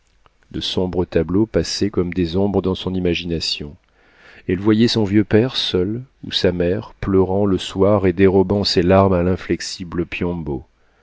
de sombres tableaux passaient comme des ombres dans son imagination elle voyait son vieux père seul ou sa mère pleurant le soir et dérobant ses larmes à l'inexorable piombo ces